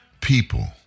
people